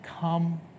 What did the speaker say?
come